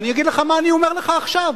אני אגיד לך מה אני אומר לך עכשיו,